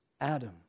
Adam